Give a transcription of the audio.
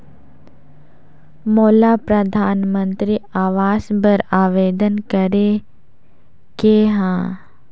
मोला परधानमंतरी आवास बर आवेदन करे के हा?